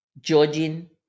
judging